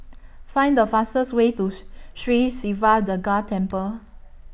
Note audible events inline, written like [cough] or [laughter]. [noise] Find The fastest Way Tooth Sri Siva Durga Temple